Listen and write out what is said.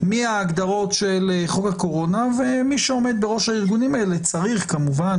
מההגדרות של חוק הקורונה ומי שעומד בראש הארגונים האלה צריך כמובן